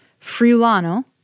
Friulano